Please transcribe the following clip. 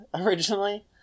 originally